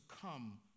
come